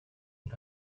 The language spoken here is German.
und